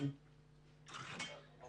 ברשותכם: